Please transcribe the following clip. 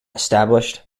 established